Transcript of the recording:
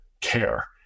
care